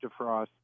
defrost